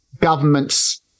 governments